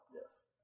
yes